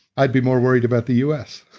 i'd be more worried about the us.